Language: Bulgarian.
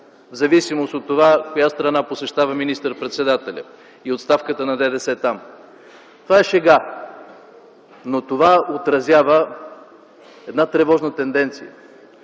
в зависимост от това коя страна посещава министър-председателят и от ставката на ДДС там. Това е шега, но тя отразява една тревожна тенденция,